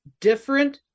different